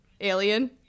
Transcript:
alien